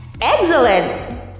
Excellent